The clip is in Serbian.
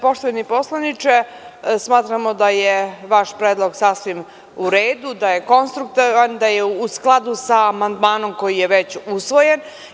Poštovani poslaniče, smatramo da je vaš predlog sasvim u redu, da je konstruktivan, da je u skladu sa amandmanom koji je već usvojen.